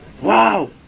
Wow